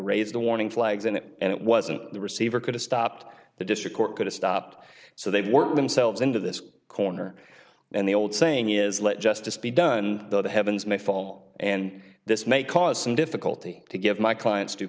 raised the warning flags in it and it wasn't the receiver could have stopped the district court could have stopped so they've worked themselves into this corner and the old saying is let justice be done though the heavens may fall and this may cause some difficulty to give my clients due